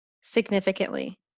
significantly